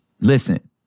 listen